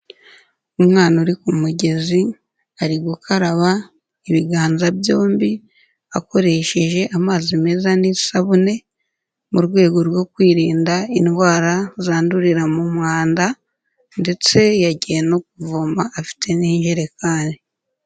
Umwana uri ku mugezi ari gukaraba ibiganza byombi akoresheje amazi meza n'isabune mu rwego rwo kwirinda indwara zandurira mu mwanda ndetse yagiye no kuvoma afite n'ijerekani.